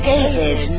David